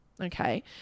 okay